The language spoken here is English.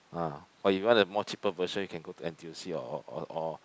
ah but you want the more cheaper version you can go to N_T_U_C or or or or